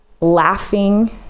laughing